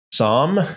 Psalm